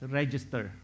register